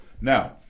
Now